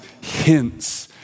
hints